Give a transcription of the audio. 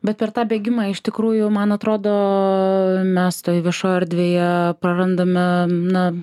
bet per tą bėgimą iš tikrųjų man atrodo mes toj viešoj erdvėje prarandame na